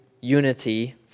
unity